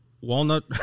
Walnut